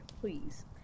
please